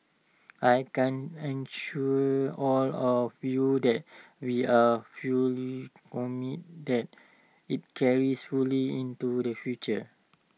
I can assure all of you that we are fully committed that IT carries fully into the future